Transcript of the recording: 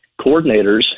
coordinators